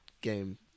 game